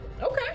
okay